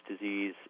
disease